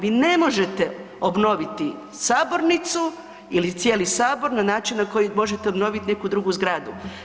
Vi ne možete obnoviti sabornicu ili cijeli Sabor na način na koji možete obnoviti neku drugu zgradu.